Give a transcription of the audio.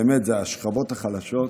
ובאמת אלה השכבות החלשות,